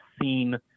seen